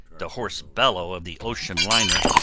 the hoarse bellow of the ocean liner,